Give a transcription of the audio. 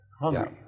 hungry